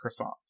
croissants